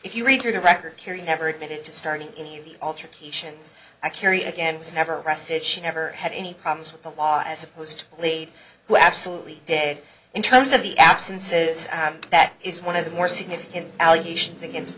if you read through the record period never admitted to starting in the altercations i carry again was never arrested she never had any problems with the law as opposed to lee who absolutely did in terms of the absences that is one of the more significant allegations against